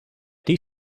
die